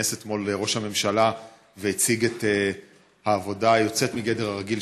שכינס אתמול ראש הממשלה והציג את העבודה היוצאת מגדר הרגיל